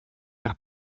nach